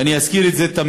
ואני אזכיר את זה תמיד,